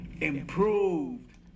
improved